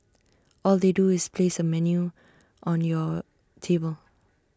all they do is place A menu on your table